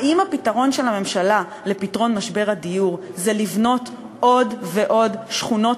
האם הפתרון של הממשלה לפתרון משבר הדיור זה לבנות עוד ועוד שכונות